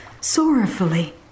sorrowfully